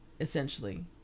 essentially